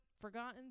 forgotten